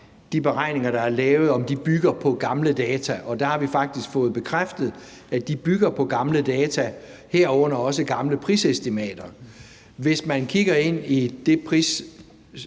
vi stillet det spørgsmål, om de bygger på gamle data, og der har vi faktisk fået bekræftet, at de bygger på gamle data, herunder også gamle prisestimater. Hvis man kigger ind i det